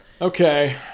Okay